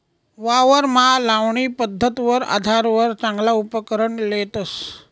वावरमा लावणी पध्दतवर आधारवर चांगला उपकरण लेतस